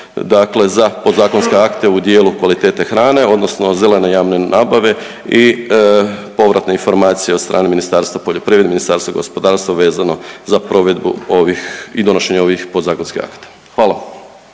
dakle za podzakonske akte u dijelu kvalitete hrane, odnosno zelene javne nabave i povratna informacija od strane Ministarstva poljoprivrede, Ministarstva gospodarstva vezano za provedbu ovih i donošenje ovih podzakonskih akata. Hvala.